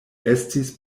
estis